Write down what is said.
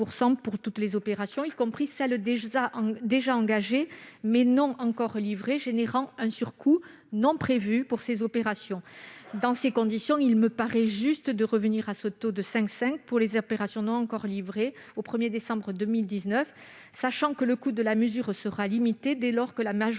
pour toutes les opérations, y compris celles déjà engagées, mais non encore livrées, entraînant un surcoût non prévu. Dans ces conditions, il paraît juste de revenir au taux de 5,5 % pour les opérations non encore livrées au 1 décembre 2019, sachant que le coût de la mesure sera limité, puisque la majorité